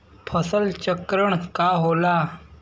फसल चक्रण का होला?